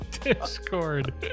discord